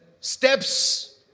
steps